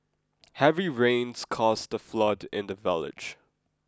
heavy rains caused a flood in the village